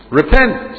Repent